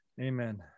Amen